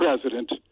president